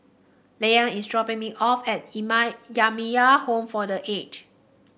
is dropping me off at Jamiyah Home for The Aged